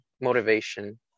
motivation